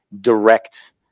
direct